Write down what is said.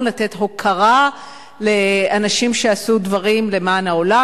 לתת הוקרה לאנשים שעשו דברים למען העולם,